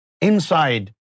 inside